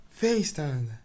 FaceTime